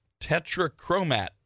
tetrachromat